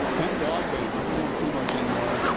hemp dogbane, one we don't see much anymore.